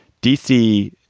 d c,